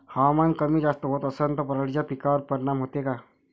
हवामान कमी जास्त होत असन त पराटीच्या पिकावर परिनाम होते का?